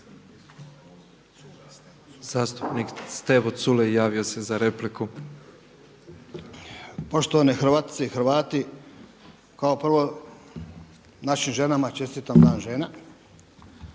Zastupnik Stevo Culej javio se za repliku. **Culej, Stevo (HDZ)** Poštovane Hrvatice i Hrvati, kao prvo našim ženama čestitam Dan žena.